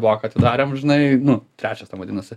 bloką atidarėm žinai nu trečias ten vadinasi